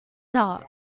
dark